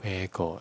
where got